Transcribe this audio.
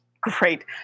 Great